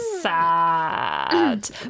sad